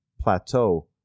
plateau